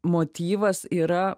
motyvas yra